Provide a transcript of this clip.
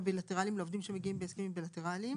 לעובדים שמגיעים במסגרת ההסכמים הבילטרליים.